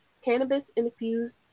cannabis-infused